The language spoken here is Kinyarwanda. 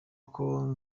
uko